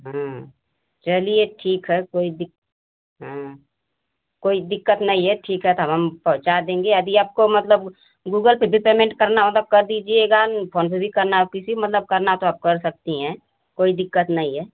चलिए ठीक है कोई दिक् हं कोई दिक्कत नहीं है ठीक है तब हम पहुँच देगे यदि आपको मतलब गूगल पे पर भी पेमेंट करना होगा कर दीजिएगा फोनपे भी करना हो मतलब किसी पर भी करना हो कर सकती हैं कोई दिक्कत नहीं है